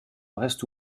reste